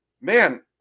Man